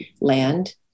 land